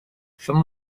some